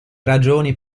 ragioni